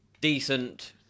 decent